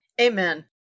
amen